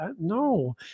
no